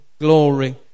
glory